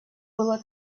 было